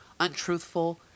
untruthful